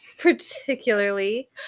Particularly